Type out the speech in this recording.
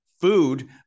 food